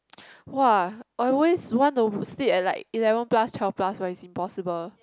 !wow! I always want to sleep at like eleven plus twelve plus but it's impossible